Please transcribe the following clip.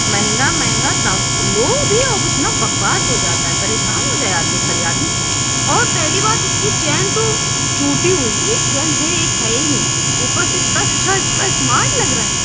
مہنگا مہنگا لو بھی اور اتنا بکواس ہو جاتا ہے پریشان ہو جائے آدمی خرید آدمی اور پہلی بات اس کی چین تو ٹوٹی ہوئی ایک چین ہے ایک ہے ہی نہیں اوپر سے اتنا اچھا اتنا اسمارٹ لگ رہا ہے